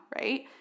right